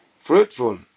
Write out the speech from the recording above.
fruitful